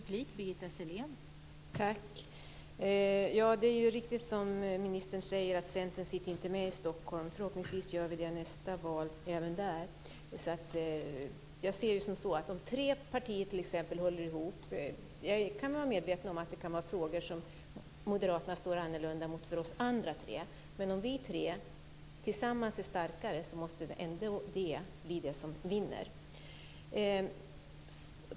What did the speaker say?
Fru talman! Det är riktigt som ministern säger att Centern inte sitter med i Stockholm. Förhoppningsvis gör vi det efter nästa val, även där. Jag ser det som så att tre partier kan hålla ihop. Jag är medveten om att det kan vara frågor där Moderaterna har en annan ståndpunkt än vi andra tre, men om vi tre tillsammans är starkare måste ändå vårt förslag bli det som vinner.